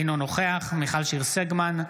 אינו נוכח מיכל שיר סגמן,